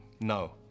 No